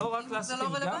לא רק לעסקים, גם לשליחים.